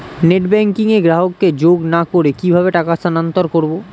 Net banking এ গ্রাহককে যোগ না করে কিভাবে টাকা স্থানান্তর করব?